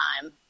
time